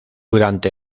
durante